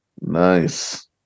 Nice